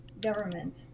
government